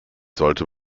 sollte